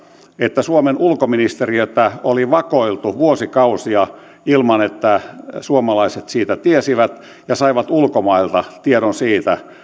että suomen ulkoministeriötä oli vakoiltu vuosikausia ilman että suomalaiset siitä tiesivät ja he saivat ulkomailta tiedon siitä